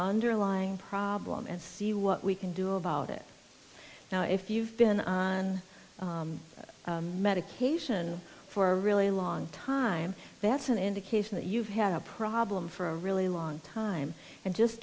underlying problem and see what we can do about it now if you've been on medication for a really long time that's an indication that you've had a problem for a really long time and just